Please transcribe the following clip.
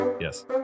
Yes